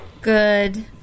good